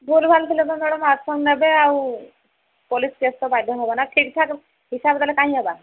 ଭୁଲ୍ଭାଲ୍ ଥିଲେ ବି madam action ନେବେ ଆଉ ପୋଲିସ୍ କେସ୍ ବାଧ୍ୟ ହବ ନା ଠିକ୍ଠାକ୍ ହିସାବରେ ଦେଲେ କାହିଁ ହେବା